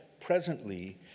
presently